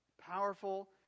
powerful